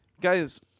Guys